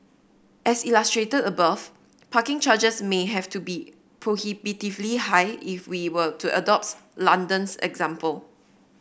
as illustrated above parking charges may have to be prohibitively high if we were to adopts London's example